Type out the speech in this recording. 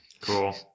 Cool